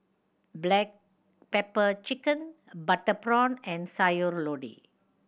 black pepper chicken butter prawn and Sayur Lodeh